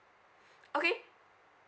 okay